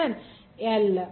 F C a b c D d e MLT 2 Ca